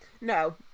no